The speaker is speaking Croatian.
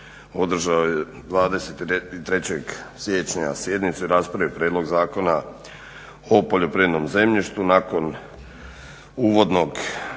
održao je 23. Siječnja sjednicu i raspravio prijedlog Zakona o poljoprivrednom zemljištu. Nakon uvodnog